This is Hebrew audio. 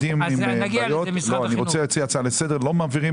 אני רוצה להציע הצעה לסדר לא מעבירים